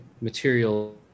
material